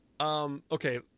Okay